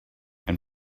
and